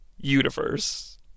universe